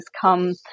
come